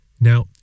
Now